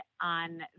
on